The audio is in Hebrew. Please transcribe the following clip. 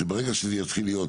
שברגע שזה יתחיל להיות